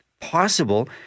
possible